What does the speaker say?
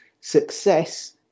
Success